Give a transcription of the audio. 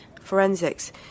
Forensics